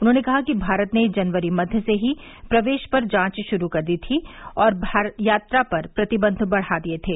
उन्होंने कहा कि भारत ने जनवरी मध्य से ही प्रवेश पर जांच शुरू कर दी थी और यात्रा पर प्रतिबंध बढ़ा दिए थे